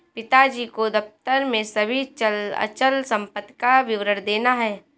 पिताजी को दफ्तर में सभी चल अचल संपत्ति का विवरण देना है